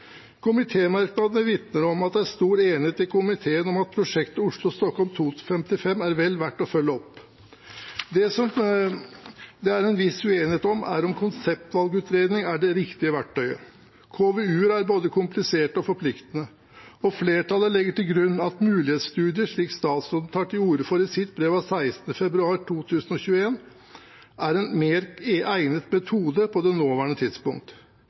Komitemerknadene vitner om at det er stor enighet i komiteen om at prosjektet Oslo–Stockholm 2.55 er vel verdt å følge opp. Det det er en viss uenighet om, er om konseptvalgutredning er det riktige verktøyet. KVU-er er både kompliserte og forpliktende. Flertallet legger til grunn at mulighetsstudier, slik statsråden tar til orde for i sitt brev av 16. februar 2021, er en mer egnet metode på det nåværende tidspunkt.